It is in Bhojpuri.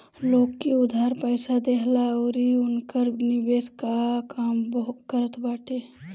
लोग के उधार पईसा देहला अउरी उनकर निवेश कअ काम बैंक करत बाटे